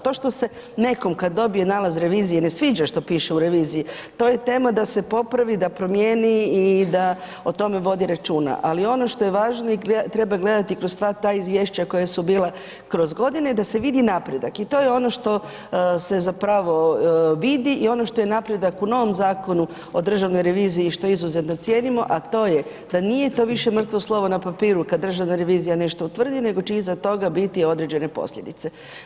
To što se nekom kad dobije nalaz revizije ne sviđa što piše u reviziji, to je tema da se popravi, da promijeni i da o tome vodi računa, ali ono što je važno treba gledati kroz sva ta izvješća koja su bila kroz godine i da se vidi napredak i to je ono što se zapravo vidi i ono što je napredak u novom Zakonu o državnoj reviziji i što izuzetno cijenimo, a to je da nije to više mrtvo slovo na papiru kad Državna revizija nešto utvrdi, nego će iza toga biti određene posljedice.